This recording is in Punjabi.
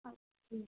ਅੱਛਾ ਜੀ